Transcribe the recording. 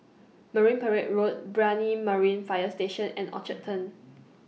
Marine Parade Road Brani Marine Fire Station and Orchard Turn